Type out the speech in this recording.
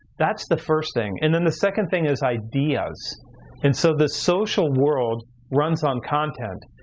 that's the first thing, and then the second thing is ideas and so the social world runs on content.